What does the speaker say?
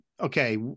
okay